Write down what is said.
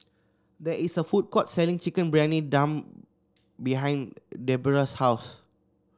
there is a food court selling Chicken Briyani Dum behind Debera's house